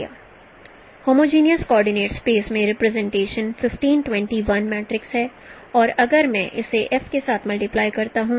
homogeneous coordinator space में representation 15 20 1 है और अगर मैं इसे F के साथ मल्टीप्लाई करता हूं